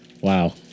Wow